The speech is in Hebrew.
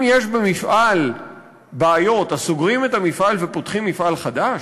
אם יש במפעל בעיות אז סוגרים את המפעל ופותחים מפעל חדש?